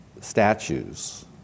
statues